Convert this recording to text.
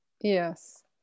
Yes